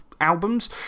albums